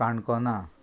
Canacona